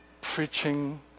preaching